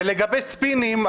ולגבי ספינים,